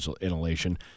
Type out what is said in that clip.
inhalation